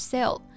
Sale